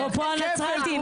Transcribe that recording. אפרופו הנצרתים,